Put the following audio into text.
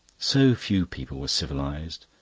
so few people were civilised,